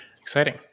Exciting